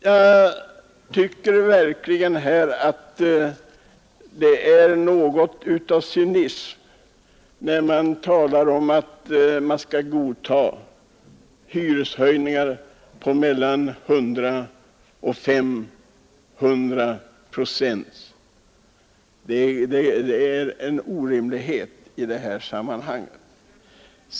Jag tycker verkligen att det är något av en cynism när man anser att hyreshöjningar på mellan 100 och 500 procent skall godtas. Det är orimligt.